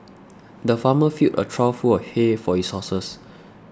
the farmer filled a trough full of hay for his horses